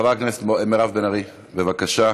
חברת הכנסת מירב בן ארי, בבקשה.